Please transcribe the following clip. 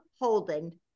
Holden